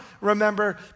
remember